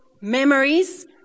memories